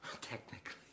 technically